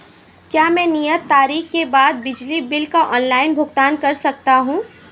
क्या मैं नियत तारीख के बाद बिजली बिल का ऑनलाइन भुगतान कर सकता हूं?